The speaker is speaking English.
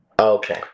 Okay